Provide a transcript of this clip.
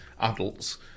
adults